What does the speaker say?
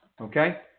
Okay